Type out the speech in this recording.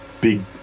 Big